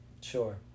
Sure